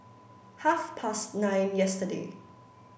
half past nine yesterday